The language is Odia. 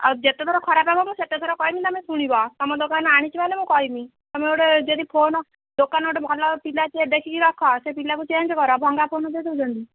ଆଉ ଯେତେ ଥର ଖରାପ ହେବ ମୁଁ ସେତେ ଥର କହିବି ତୁମେ ଶୁଣିବ ତୁମ ଦୋକାନରୁ ଆଣିଛି ମାନେ କହିବି ତୁମେ ଯଦି ଗୋଟେ ଫୋନ ଦୋକାନ ଗୋଟେ ଭଲ ପିଲାଟେ ଦେଖିକି ରଖ ସେ ପିଲାକୁ ଚେଞ୍ଜ କର ଭଙ୍ଗା ଫୋନ୍ ଦେଇ ଦେଉଛନ୍ତି